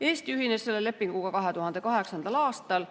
Eesti ühines selle lepinguga 2008. aastal.